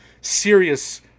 serious